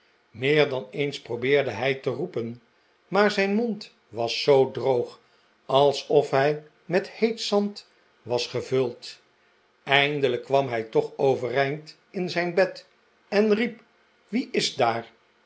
meer dan eens probeerde hij te roepen maar zijn mond was zoo droog alsof hij met heet zand was gevuld eindelijk kwam hij toch overeind in zijn bed en riep wie is daar